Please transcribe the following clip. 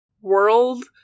world